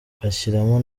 ugashyiramo